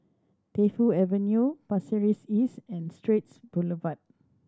Defu Avenue Pasir Ris East and Straits Boulevard